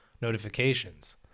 notifications